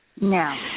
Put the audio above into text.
No